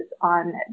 on